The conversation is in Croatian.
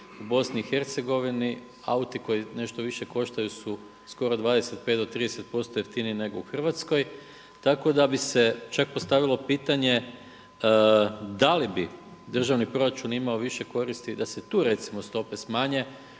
u Bosni i Hercegovini, auto koji nešto više koštaju su skoro 25 do 30 posto jeftiniji nego u Hrvatskoj, tako da bi se čak postavilo pitanje da li bi državni proračun imao više koristi da se tu recimo stope smanje